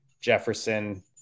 Jefferson